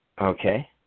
Okay